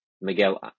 Miguel